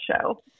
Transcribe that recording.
show